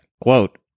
quote